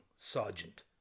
Sergeant